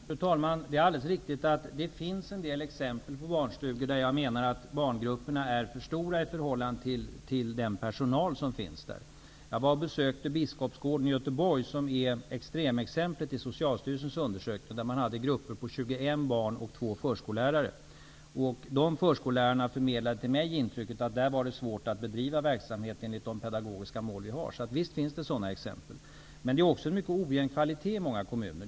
Fru talman! Det är alldeles riktigt uppfattat. Jag menar alltså att det finns en del exempel på barnstugor där barngrupperna är för stora i förhållande till den personal som finns. Jag har besökt Biskopsgården i Göteborg, som är ett extremexempel i Socialstyrelsens undersökning. De förskollärarna förmedlade till mig intrycket att det där var svårt att bedriva verksamhet enligt de pedagogiska mål som vi har. Visst finns det alltså sådana exempel. Men kvaliteten är också mycket ojämn i många kvaliteter.